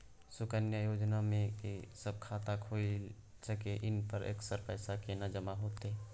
सुकन्या योजना म के सब खाता खोइल सके इ आ एकर पैसा केना जमा होतै?